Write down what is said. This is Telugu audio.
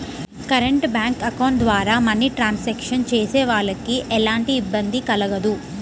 కరెంట్ బ్యేంకు అకౌంట్ ద్వారా మనీ ట్రాన్సాక్షన్స్ చేసేవాళ్ళకి ఎలాంటి ఇబ్బంది కలగదు